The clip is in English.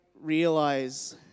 realize